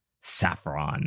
saffron